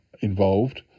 involved